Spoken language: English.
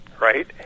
right